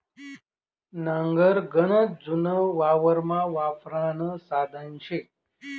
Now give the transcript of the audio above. नांगर गनच जुनं वावरमा वापरानं साधन शे